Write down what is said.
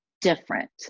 different